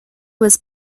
was